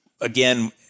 Again